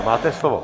Máte slovo.